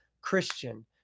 Christian